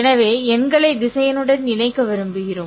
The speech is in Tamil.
எனவே எண்களை திசையனுடன் இணைக்க விரும்புகிறோம்